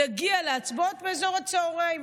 נגיע להצבעות באזור הצוהריים,